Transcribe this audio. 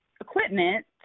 equipment